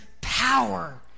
power